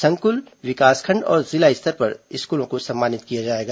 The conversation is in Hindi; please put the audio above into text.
संकुल विकासखण्ड और जिला स्तर पर स्कूलों को सम्मानित किया जाएगा